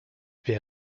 wer